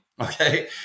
Okay